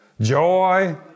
Joy